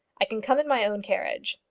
i can come in my own carriage.